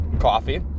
coffee